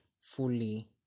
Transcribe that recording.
fully